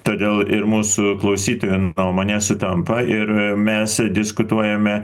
todėl ir mūsų klausytojų nuomonė sutampa ir mes diskutuojame